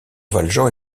valjean